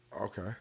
Okay